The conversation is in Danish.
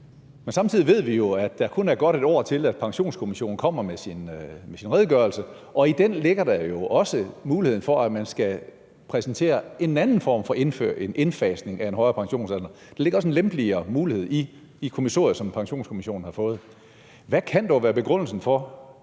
Men samtidig ved vi jo, at der kun er godt et år til, at Pensionskommissionen kommer med sin redegørelse, og i den ligger der også muligheden for at præsentere en anden form for indfasning af en højere pensionsalder; der ligger også en lempeligere mulighed i kommissoriet, som Pensionskommissionen har fået. Hvad kan dog være begrundelsen for,